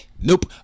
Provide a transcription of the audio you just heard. Nope